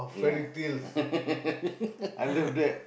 yeah